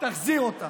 תחזיר אותה.